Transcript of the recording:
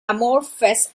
amorphous